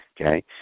okay